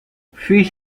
fish